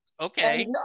Okay